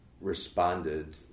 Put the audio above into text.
responded